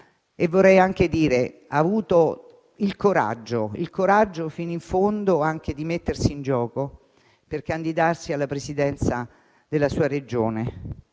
Vorrei anche dire che ha avuto il coraggio fino in fondo di mettersi in gioco candidandosi alla Presidenza della sua Regione,